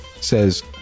says